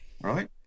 Right